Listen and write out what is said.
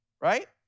right